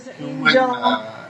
as a angel ah